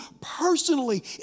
personally